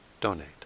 donate